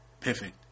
perfect